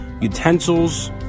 utensils